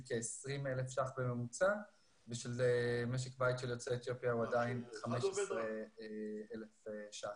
כ-20,000 ₪ בממוצע ומשק בית של יוצאי אתיופיה הוא עדיין 15,000 ₪.